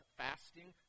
fasting